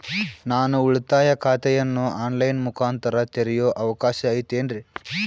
ನಾನು ಉಳಿತಾಯ ಖಾತೆಯನ್ನು ಆನ್ ಲೈನ್ ಮುಖಾಂತರ ತೆರಿಯೋ ಅವಕಾಶ ಐತೇನ್ರಿ?